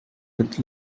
with